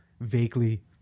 vaguely